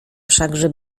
wszakże